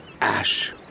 Ash